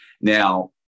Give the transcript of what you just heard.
Now